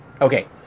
okay